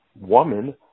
woman